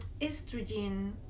estrogen